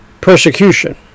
persecution